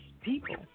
people